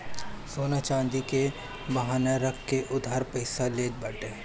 सोना चांदी के बान्हे रख के उधार पईसा लेत बाटे